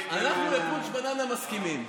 אנחנו לפונץ'-בננה מסכימים.